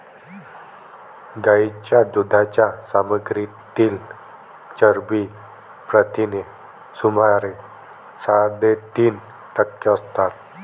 गायीच्या दुधाच्या सामग्रीतील चरबी प्रथिने सुमारे साडेतीन टक्के असतात